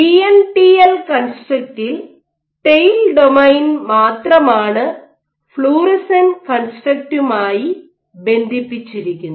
win TL കൺസ്ട്രക്റ്റിൽ tail domain മാത്രമാണ് fluorescent കൺസ്ട്രക്റ്റുമായി ബന്ധിപ്പിച്ചിരിക്കുന്നത്